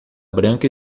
branca